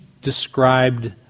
described